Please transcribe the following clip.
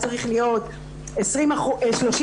אנחנו רואים שבמועצות שהיה צריך להיות 30% נשים,